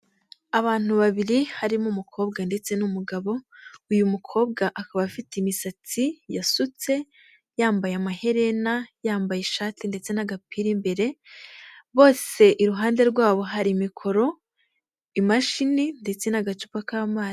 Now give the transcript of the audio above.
Abantu babiri harimo umukobwa ndetse n'umugabo, uyu mukobwa akaba afite imisatsi yasutse, yambaye amaherena, yambaye ishati ndetse n'agapira imbere, bose iruhande rwabo hari mikoro, imashini ndetse n'agacupa k'amazi.